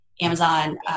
Amazon